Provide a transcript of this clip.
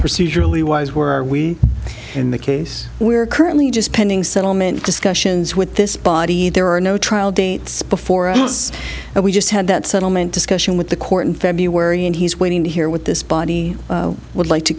procedurally wise were we in the case we're currently just pending settlement discussions with this body there are no trial dates before us and we just had that settlement discussion with the court in february and he's waiting to hear what this body would like to